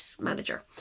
manager